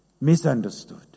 misunderstood